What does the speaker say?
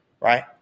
right